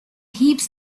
heaps